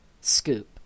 scoop